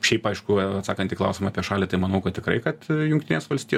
šiaip aišku atsakant į klausimą apie šalį tai manau kad tikrai kad jungtinės valsti